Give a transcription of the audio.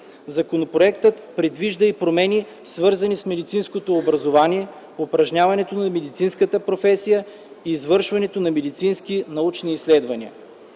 Законопроектът предвижда и промени, свързани с медицинското образование, упражняването на медицинската професия и извършването на медицинските научни изследвания.